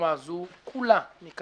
כל הרפורמה הזו,